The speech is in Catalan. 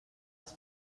els